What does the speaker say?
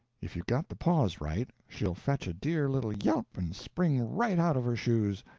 if you've got the pause right, she'll fetch a dear little yelp and spring right out of her shoes.